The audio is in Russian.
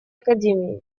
академии